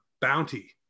bounty